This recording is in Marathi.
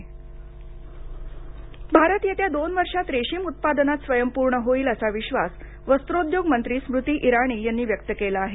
स्मती इराणी भारत येत्या दोन वर्षांत रेशीम उत्पादनात स्वयंपूर्ण होईल असा विश्वास वस्त्रोद्योग मंत्री स्मृती इराणी यांनी व्यक्त केला आहे